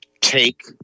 take